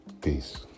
Peace